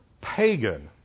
pagan